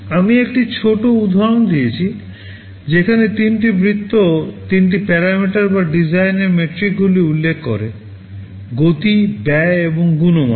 আমি একটি ছোট উদাহরণ দিয়েছি যেখানে তিনটি বৃত্ত তিনটি parameter বা ডিজাইনের মেট্রিকগুলি উল্লেখ করে গতি ব্যয় এবং গুণমান